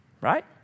right